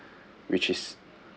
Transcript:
which is